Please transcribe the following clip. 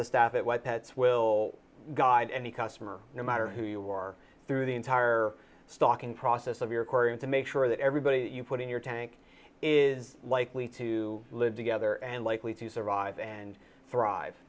the staff at what pets will guide any customer no matter who you are through the entire stocking process of your korean to make sure that everybody you put in your tank is likely to live together and likely to survive and thrive